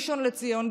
ראשון לציון,